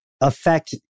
affect